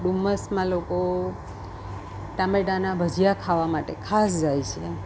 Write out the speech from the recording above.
ડુમસમાં લોકો ટામેટાના ભજીયા ખાવા માટે ખાસ જાય છે